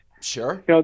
Sure